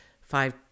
five